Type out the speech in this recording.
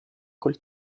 col